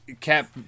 cap